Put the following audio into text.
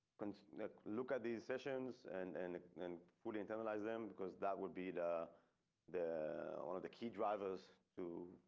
and look look at these sessions and an and fully internalize them because that would be the the one of the key drivers too,